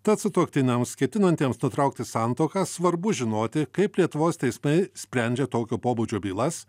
tad sutuoktiniams ketinantiems nutraukti santuoką svarbu žinoti kaip lietuvos teismai sprendžia tokio pobūdžio bylas